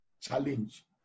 challenge